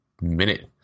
minute